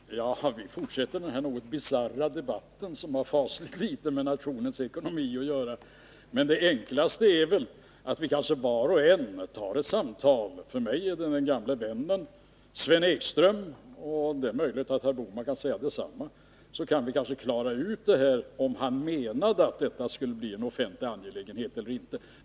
Fru talman! Vi fortsätter denna något bisarra debatt, som har fasligt litet med nationens ekonomi att göra. Det enklaste är väl att vi var och en har ett samtal med Sven Ekström. För mig blir det med gamle vännen Sven Ekström — det är möjligt att herr Bohman kan säga detsamma. Då kan vi kanske klara ut om Sven Ekström menade att brevet skulle bli en offentlig angelägenhet eller inte.